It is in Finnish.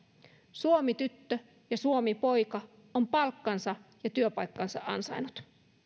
suomityttö ja suomipoika ovat palkkansa ja työpaikkansa ansainneet